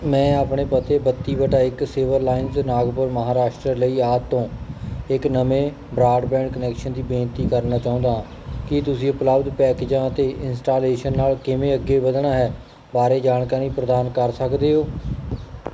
ਮੈਂ ਆਪਣੇ ਪਤੇ ਬੱਤੀ ਬਟਾ ਇੱਕ ਸਿਵਲ ਲਾਈਨਜ਼ ਨਾਗਪੁਰ ਮਹਾਰਾਸ਼ਟਰ ਲਈ ਆਦਿ ਤੋਂ ਇੱਕ ਨਵੇਂ ਬ੍ਰਾਡਬੈਂਡ ਕੁਨੈਕਸ਼ਨ ਦੀ ਬੇਨਤੀ ਕਰਨਾ ਚਾਹੁੰਦਾ ਹਾਂ ਕੀ ਤੁਸੀਂ ਉਪਲੱਬਧ ਪੈਕੇਜਾਂ ਅਤੇ ਇੰਸਟਾਲੇਸ਼ਨ ਨਾਲ ਕਿਵੇਂ ਅੱਗੇ ਵਧਣਾ ਹੈ ਬਾਰੇ ਜਾਣਕਾਰੀ ਪ੍ਰਦਾਨ ਕਰ ਸਕਦੇ ਹੋ